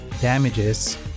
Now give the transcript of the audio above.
damages